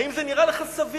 האם זה נראה לך סביר